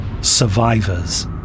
Survivors